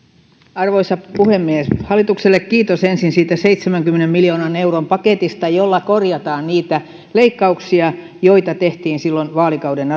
arvoisa puhemies hallitukselle kiitos ensin siitä seitsemänkymmenen miljoonan euron paketista jolla korjataan niitä leikkauksia joita tehtiin silloin vaalikauden